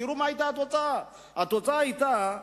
תראו מה היתה התוצאה, התוצאה היתה,